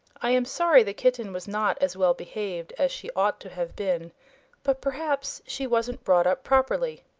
i am sorry the kitten was not as well behaved as she ought to have been but perhaps she wasn't brought up properly.